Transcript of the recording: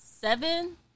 seven